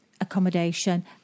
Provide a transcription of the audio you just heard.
accommodation